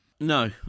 No